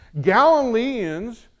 Galileans